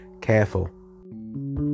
careful